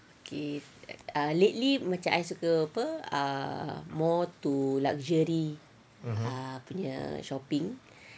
okay ah lately macam I suka apa ah more to luxury ah punya shopping